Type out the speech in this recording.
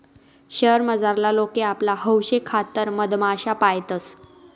शयेर मझारला लोके आपला हौशेखातर मधमाश्या पायतंस